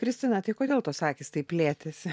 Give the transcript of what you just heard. kristina tai kodėl tos akys taip plėtėsi